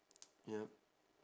yup